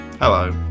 Hello